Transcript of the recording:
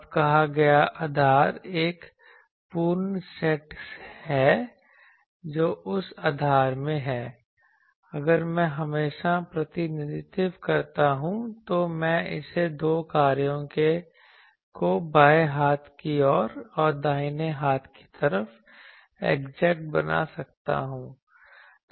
अब कहा गया आधार एक पूर्ण सेट है जो उस आधार में है अगर मैं हमेशा प्रतिनिधित्व करता हूं तो मैं इसे दो कार्यों को बाएं हाथ की ओर और दाहिने हाथ की तरफ एग्जैक्ट बना सकता हूं